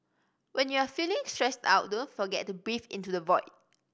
when you are feeling stressed out don't forget to breathe into the void